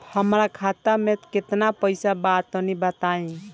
हमरा खाता मे केतना पईसा बा तनि बताईं?